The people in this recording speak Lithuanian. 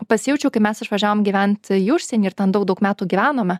pasijaučiau kaip mes išvažiavom gyventi į užsienį ir ten daug daug metų gyvenome